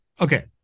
Okay